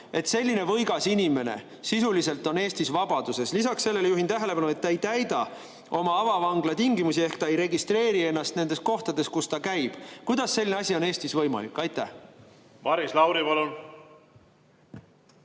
et selline võigas inimene on sisuliselt Eestis vabaduses? Lisaks sellele juhin tähelepanu, et ta ei täida avavanglatingimusi ehk ta ei registreeri ennast nendes kohtades, kus ta käib. Kuidas selline asi on Eestis võimalik? Maris